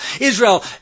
Israel